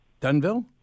Dunville